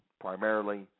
primarily